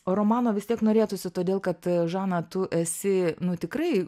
o romano vis tiek norėtųsi todėl kad žana tu esi nu tikrai